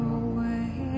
away